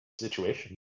situation